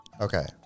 Okay